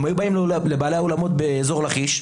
הם היו באים לבעלי האולמות באזור לכיש,